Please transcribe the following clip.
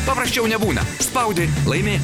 paprasčiau nebūna spaudi laimi